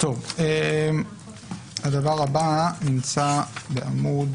הדבר הבא נמצא בעמוד